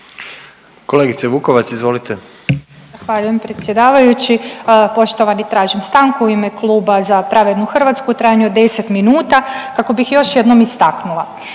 Ružica (Nezavisni)** Zahvaljujem predsjedavajući. Hvala poštovani, tražim stanku u ime Kluba Za pravednu Hrvatsku u trajanju od 10 minuta kako bih još jednom istaknula